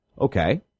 Okay